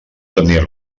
tenir